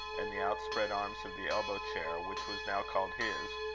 and the outspread arms of the elbow-chair, which was now called his,